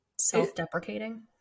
self-deprecating